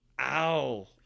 Ow